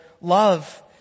love